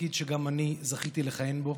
תפקיד שגם אני זכיתי לכהן בו,